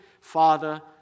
Father